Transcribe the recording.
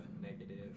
negative